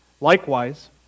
Likewise